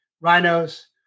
rhinos